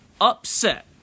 upset